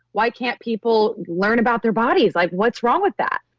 why can't people learn about their bodies? like what's wrong with that?